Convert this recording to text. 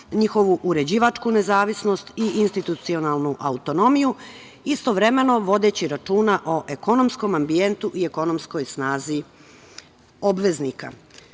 njihovu uređivačku nezavisnost i institucionalnu autonomiju, istovremeno vodeći računa o ekonomskom ambijentu i ekonomskoj snazi obveznika. Povećanje